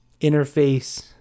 interface